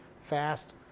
fast